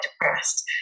depressed